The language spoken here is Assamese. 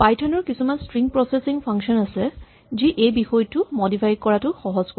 পাইথন ৰ কিছুমান স্ট্ৰিং প্ৰছেছিং ফাংচন আছে যি এই বিষয়টো মডিফাই কৰাটো সহজ কৰিব